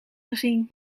gezien